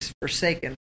forsaken